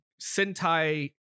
Sentai